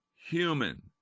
human